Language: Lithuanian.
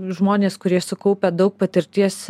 žmonės kurie sukaupę daug patirties